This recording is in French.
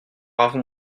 avons